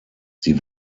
sie